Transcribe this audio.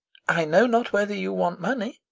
i know not whether you want money,